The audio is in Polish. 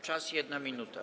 Czas - 1 minuta.